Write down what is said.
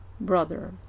brother